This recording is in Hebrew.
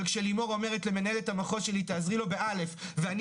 אבל כשלימור אומרת למנהלת המחוז שלי תעזרי לו באלף ואני